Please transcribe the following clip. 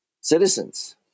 citizens